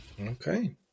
Okay